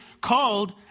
called